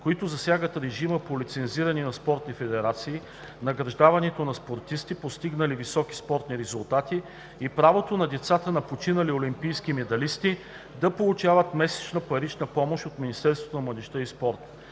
които засягат режима по лицензиране на спортните федерации, награждаването на спортисти, постигнали високи спортни резултати и правото на децата на починали олимпийски медалисти да получават месечна парична помощ от